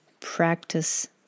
practice